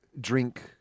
drink